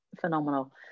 phenomenal